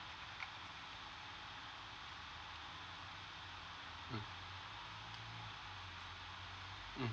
mm